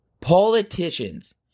Politicians